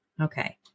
Okay